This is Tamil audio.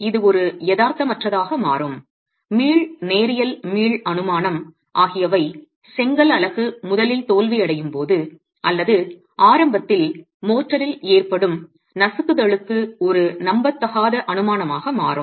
இது ஒரு எதார்த்தம் அற்றதாக மாறும் மீள் நேரியல் மீள் அனுமானம் ஆகியவை செங்கல் அலகு முதலில் தோல்வியடையும் போது அல்லது ஆரம்பத்தில் மோர்டாரில் ஏற்படும் நசுக்குதளுக்கு ஒரு நம்பத்தகாத அனுமானமாக மாறும்